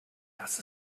das